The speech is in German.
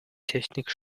technik